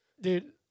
Dude